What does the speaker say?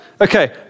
Okay